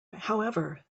however